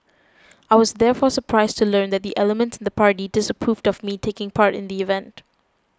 I was therefore surprised to learn that elements in the party disapproved of me taking part in the event